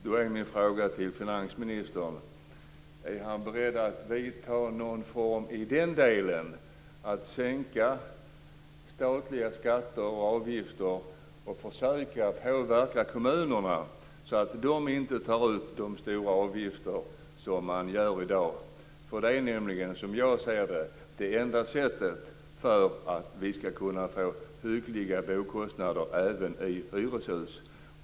Då är min fråga till finansministern: Är finansministern beredd att vidta någon form av åtgärd i den delen - att sänka statliga skatter och avgifter och försöka påverka kommunerna så att de inte tar ut de stora avgifter som de tar ut i dag? Det är nämligen, som jag ser det, det enda sättet för att vi ska kunna få hyggliga boendekostnader även i hyreshus.